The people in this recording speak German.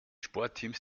sportteams